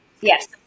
Yes